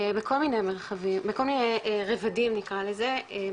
בכל מיני רבדים נקרא לזה,